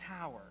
tower